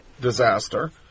disaster